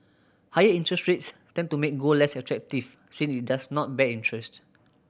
higher interest rates tend to make gold less attractive since it does not bear interest